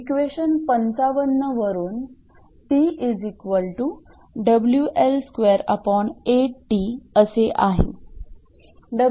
equation 55 वरून असे आहे 𝑊1